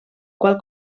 qual